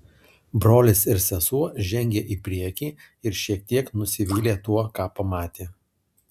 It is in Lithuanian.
brolis ir sesuo žengė į priekį ir šiek tiek nusivylė tuo ką pamatė